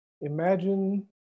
imagine